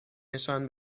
نشان